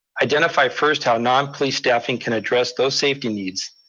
identify first how non-police staffing can address those safety needs,